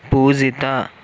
పూజిత